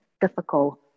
difficult